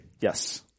Yes